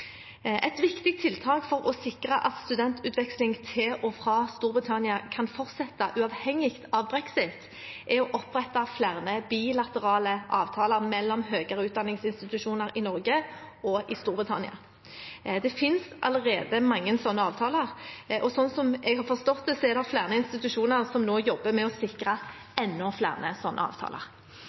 Et viktig tiltak for å sikre at studentutveksling til og fra Storbritannia kan fortsette uavhengig av brexit, er å opprette flere bilaterale avtaler mellom høyere utdanningsinstitusjoner i Norge og i Storbritannia. Det finnes allerede mange slike avtaler, og slik jeg har forstått det, er det flere institusjoner som nå jobber med å sikre enda flere slike avtaler.